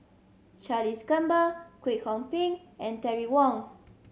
Charles Gamba Kwek Hong Png and Terry Wong